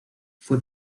fue